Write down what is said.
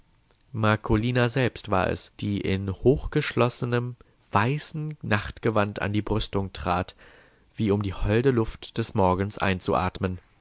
marcolina selbst war es die in hochgeschlossenem weißen nachtgewand an die brüstung trat wie um die holde luft des morgens einzuatmen